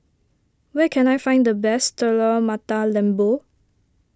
where can I find the best Telur Mata Lembu